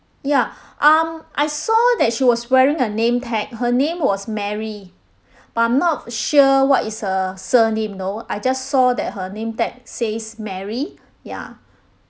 ya um I saw that she was wearing a name tag her name was mary but I'm not sure what is her surname though I just saw that her name tag says mary ya